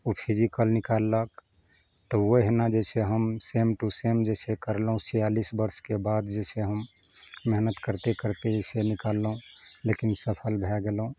ओ physical निकाललक तऽ ओहिना जे छै हम सेम टू सेम जे छै करलहुँ छिआलिस बर्षके बाद जे छै हम मेहनत करते करते जे छै निकाललहुँ लेकिन सफल भए गेलहुँ